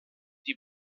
die